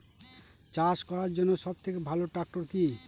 চাষ করার জন্য সবথেকে ভালো ট্র্যাক্টর কি?